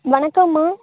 வணக்கம்மா